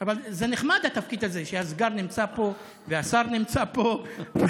זה נחמד, התפקיד הזה, שהסגן נמצא פה והשר נמצא פה.